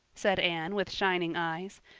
said anne, with shining eyes.